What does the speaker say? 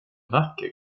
vacker